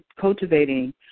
cultivating